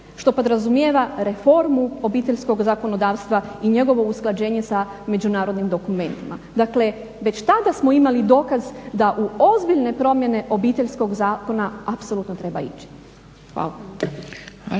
što podrazumijeva reformu obiteljskog zakonodavstva i njegovo usklađenje sa međunarodnim dokumentima. Dakle, već tada smo imali dokaz da u ozbiljne promjene obiteljskog zakona apsolutno treba ići. Hvala.